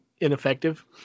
ineffective